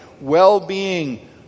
well-being